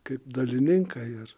kaip dalininkai ar